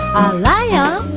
lion?